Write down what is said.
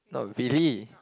no really